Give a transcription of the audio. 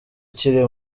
kiri